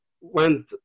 went